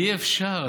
אי-אפשר.